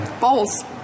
Bowls